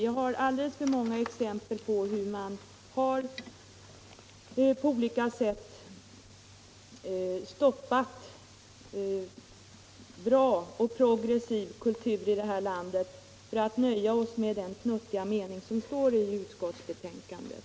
Vi har alldeles för många exempel på hur man på olika sätt har stoppat bra och progressiv kultur i det här landet för att vi skall nöja oss med den futtiga mening som finns i utskottsbetänkandet.